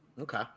Okay